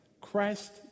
Christ